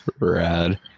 Rad